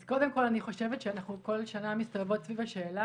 אז קודם כל אני חושבת שאנחנו כל שנה מסתובבות סביב השאלה